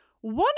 one